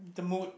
the mood